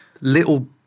little